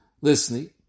Listening